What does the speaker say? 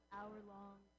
hour-long